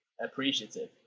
appreciative